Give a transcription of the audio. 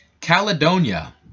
Caledonia